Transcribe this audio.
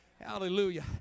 Hallelujah